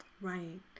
Right